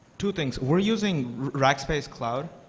two things. we're using rackspace cloud,